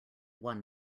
one